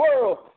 world